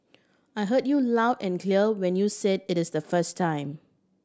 I heard you loud and clear when you said it is the first time